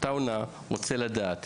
עטאונה רוצה לדעת.